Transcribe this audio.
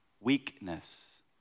weakness